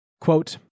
Quote